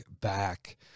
back